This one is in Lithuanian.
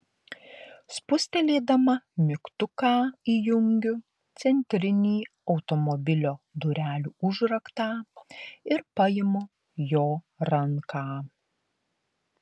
spustelėdama mygtuką įjungiu centrinį automobilio durelių užraktą ir paimu jo ranką